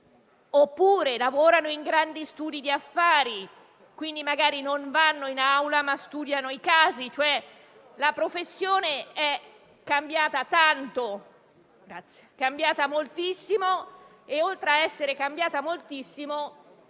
oppure lavorano in grandi studi di affari, quindi magari non vanno in aula, ma studiano i casi. La professione è cambiata moltissimo e ha sicuramente una serie